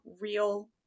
real